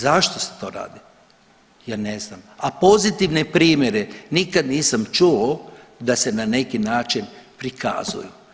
Zašto se to radi ja ne znam, a pozitivne primjere nikad nisam čuo da se na neki način prikazuju.